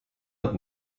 het